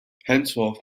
henceforth